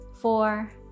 four